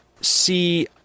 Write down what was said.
see